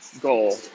goal